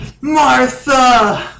Martha